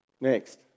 Next